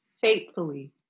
faithfully